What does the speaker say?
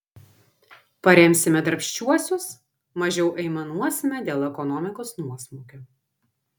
paremsime darbščiuosius mažiau aimanuosime dėl ekonomikos nuosmukio